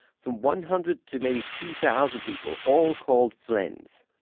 from one hundred to maybe two thousand people, all called friends.